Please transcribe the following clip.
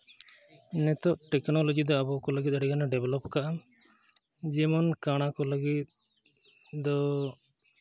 ᱱᱤᱛᱚᱜ ᱴᱮᱠᱱᱳᱞᱚᱡᱤ ᱫᱚ ᱟᱵᱚ ᱠᱚ ᱞᱟᱹᱜᱤᱫ ᱫᱚ ᱟᱹᱰᱤᱜᱟᱱᱮ ᱰᱮᱵᱷᱞᱚᱯ ᱟᱠᱟᱫᱼᱟ ᱡᱮᱢᱚᱱ ᱠᱟᱬᱟ ᱠᱚ ᱞᱟᱹᱜᱤᱫ ᱫᱚ